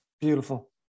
Beautiful